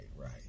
right